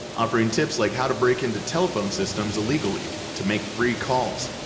offering tips like how to break into telephone systems illegally to make free calls,